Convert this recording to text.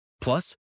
Plus